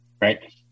right